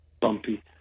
bumpy